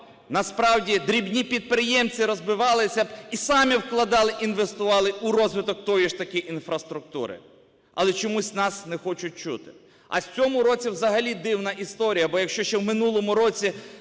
Насправді дрібні підприємці розбивалися б і самі вкладали, інвестували у розвиток тої ж таки інфраструктури. Але чомусь нас не хочуть чути. А в цьому році взагалі дивна історія. Бо, якщо ще в минулому році